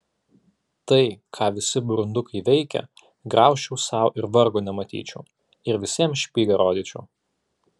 tai ką visi burundukai veikia graužčiau sau ir vargo nematyčiau ir visiems špygą rodyčiau